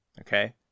Okay